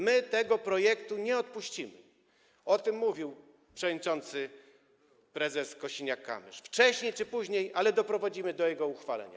My tego projektu nie odpuścimy - mówił o tym przewodniczący, prezes Kosiniak-Kamysz - wcześniej czy później doprowadzimy do jego uchwalenia.